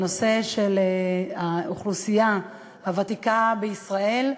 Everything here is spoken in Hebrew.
האוכלוסייה הוותיקה בישראל,